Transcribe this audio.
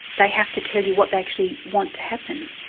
they have to tell you what they actually want to happen,